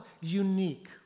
unique